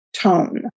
tone